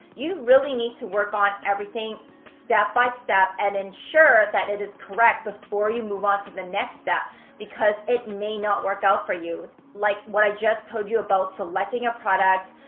you really need to work on everything step by step and ensure that it is correct before you move on to the next step because it may not work out for you. like what what i just told you about selecting a product,